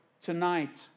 tonight